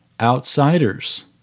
outsiders